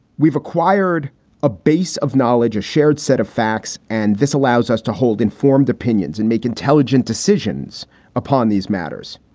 we've acquired a base of knowledge, a shared set of facts, and this allows us to hold informed opinions and make intelligent decisions upon these matters.